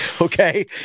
Okay